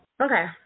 okay